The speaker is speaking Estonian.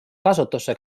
kasutusse